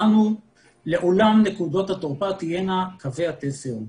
ולעולם נקודות התורפה תהיינה קווי התפר,